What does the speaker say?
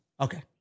Okay